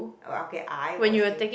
or okay I was doing